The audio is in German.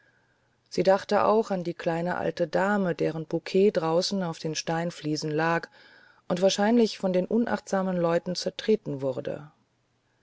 sie dachte auch an die kleine alte dame deren bouquet draußen auf den steinfliesen lag und wahrscheinlich von den unachtsamen leuten zertreten wurde